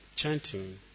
chanting